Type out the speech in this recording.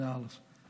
זה, א.